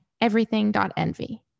everything.envy